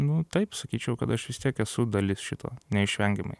nu taip sakyčiau kad aš vis tiek esu dalis šito neišvengiamai